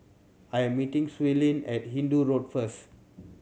I am meeting Suellen at Hindoo Road first